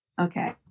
okay